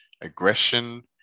aggression